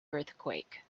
earthquake